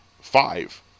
five